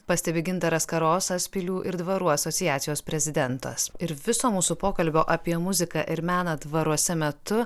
pastebi gintaras karosas pilių ir dvarų asociacijos prezidentas ir viso mūsų pokalbio apie muziką ir meną dvaruose metu